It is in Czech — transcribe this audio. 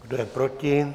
Kdo je proti?